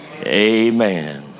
Amen